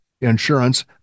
insurance